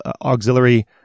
auxiliary